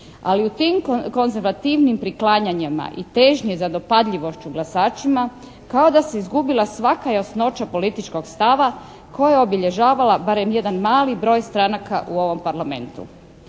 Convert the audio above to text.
Ali u tim konzervativnim priklanjanjima i težnji za dopadljivošću glasačima kao da se izgubila svaka jasnoća političkog stava koja je obilježavala barem jedan mali broj stranaka u ovom Parlamentu.